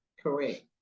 Correct